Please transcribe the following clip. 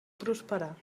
prosperar